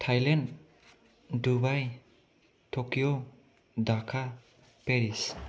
Thailand Dubai Tokyo Dhaka Paris